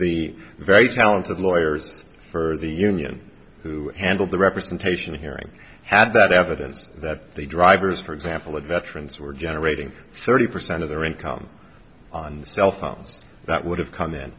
the very talented lawyers for the union who handled the representation hearing had that evidence that the drivers for example of veterans were generating thirty percent of their income on cell phones that would have come in